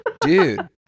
dude